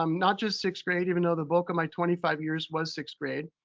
um not just sixth grade, even though the bulk of my twenty five years was sixth grade.